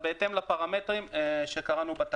או (ג), לפי העניין, ובכפוף לתנאים הקבועים